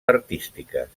artístiques